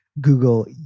Google